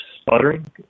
sputtering